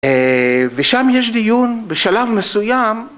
ושם יש דיון בשלב מסוים